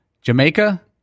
Jamaica